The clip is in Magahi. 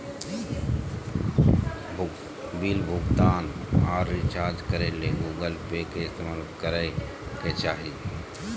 बिल भुगतान आर रिचार्ज करे ले गूगल पे के इस्तेमाल करय के चाही